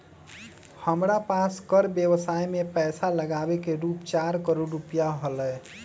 हमरा पास कर व्ययवसाय में पैसा लागावे के रूप चार करोड़ रुपिया हलय